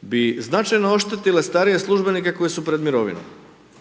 bi značajno oštetile starije službenike koji su pred mirovinom.